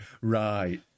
Right